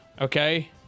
Okay